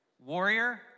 Warrior